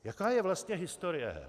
Jaká je vlastně historie her?